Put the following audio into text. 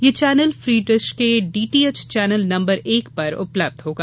यह channel free dish के DTH channel number एक पर उपलब्ध होगा